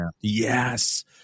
Yes